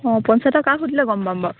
অঁ পঞ্চায়তৰ কাক সুধিল গ'ম পাম বাৰু